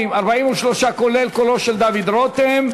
43, כולל קולו של דוד רותם.